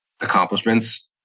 accomplishments